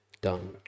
done